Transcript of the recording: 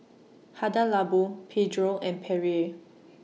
Hada Labo Pedro and Perrier